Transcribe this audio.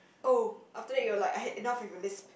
oh after that you were like I had enough of your lisp